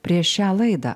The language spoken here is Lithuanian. prieš šią laidą